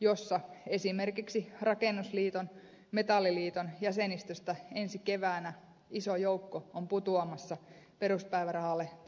jossa esimerkiksi rakennusliiton metalliliiton jäsenistöstä ensi keväänä iso joukko on putoamassa peruspäivärahalle tai työmarkkinatuelle